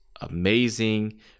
amazing